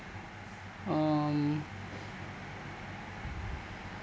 um